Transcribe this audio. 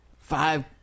Five